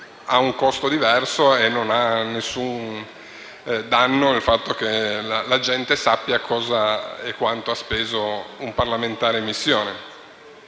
ha un costo diverso e in tal caso non fa nessun danno il fatto che la gente sappia quanto ha speso un parlamentare in missione.